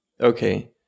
okay